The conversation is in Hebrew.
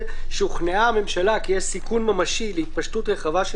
זה "שוכנעה הממשלה כי יש סיכון ממשי להתפשטות רחבה של